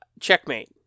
checkmate